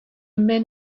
men